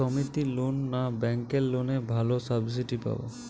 সমিতির লোন না ব্যাঙ্কের লোনে ভালো সাবসিডি পাব?